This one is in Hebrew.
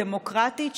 דמוקרטית,